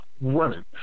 running